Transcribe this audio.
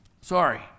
Sorry